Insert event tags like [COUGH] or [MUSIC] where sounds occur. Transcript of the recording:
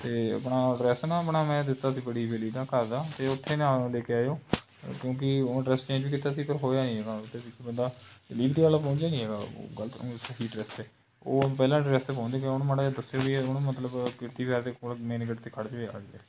ਅਤੇ ਆਪਣਾ ਐਡਰੈਸ ਨਾ ਆਪਣਾ ਮੈਂ ਦਿੱਤਾ ਸੀ ਬੜੀ ਹਵੇਲੀ ਦਾ ਘਰ ਦਾ ਅਤੇ ਉੱਥੇ ਨਾ ਲੈ ਕੇ ਆਇਓ ਕਿਉਂਕਿ ਉਹ ਐਡਰੈਸ ਚੇਂਜ ਵੀ ਕੀਤਾ ਸੀ ਪਰ ਹੋਇਆ ਨਹੀਂ [UNINTELLIGIBLE] 'ਤੇ ਵੀ ਬੰਦਾ ਡਿਲਵਰੀ ਵਾਲਾ ਪਹੁੰਚਿਆ ਨਹੀਂ ਹੈਗਾ ਗਲਤ [UNINTELLIGIBLE] ਸਹੀ ਐਡਰੈਸ 'ਤੇ ਉਹ ਹੁਣ ਪਹਿਲਾਂ ਐਡਰੈਸ 'ਤੇ ਪਹੁੰਚ ਗਿਆ ਉਹਨੂੰ ਮਾੜਾ ਜਿਹਾ ਦੱਸਿਓ ਵੀ ਇਹ ਉਹਨੂੰ ਮਤਲਬ [UNINTELLIGIBLE] ਦੇ ਕੋਲ ਮੇਨ ਗੇਟ 'ਤੇ ਖੜ੍ਹ ਜਾਵੇ ਆ ਕੇ